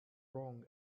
wrong